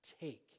take